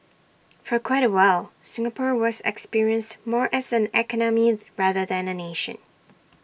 for quite A while Singapore was experienced more as an economy rather than A nation